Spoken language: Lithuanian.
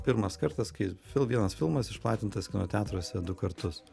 pirmas kartas kai vienas filmas išplatintas kino teatruose du kartus